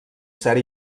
cert